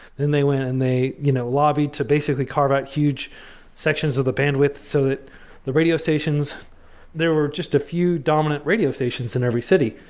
then, they went and they you know lobbied to, basically, carve out huge sections of the bandwidth so that the radio stations there were just a few dominant radio stations in every city.